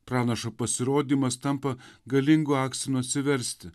pranašą pasirodymas tampa galingu akstinu atsiversti